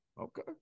Okay